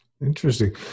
Interesting